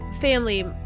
family